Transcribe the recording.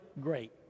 great